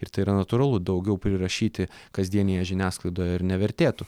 ir tai yra natūralu daugiau prirašyti kasdienėje žiniasklaidoje ir nevertėtų